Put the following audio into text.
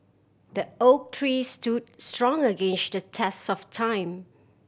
the oak tree stood strong against the test of time